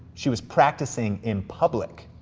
she was practicing in public.